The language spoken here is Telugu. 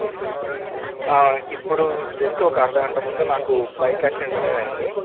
ఇప్పుడు జస్ట్ ఒక అర్ధగంట ముందు నాకు బైక్ యాక్సిడెంట్ అనేది అయ్యింది